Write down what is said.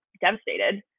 devastated